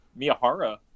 Miyahara